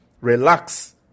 relax